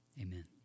Amen